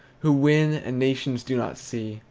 who win, and nations do not see,